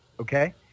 okay